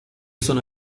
sono